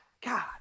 God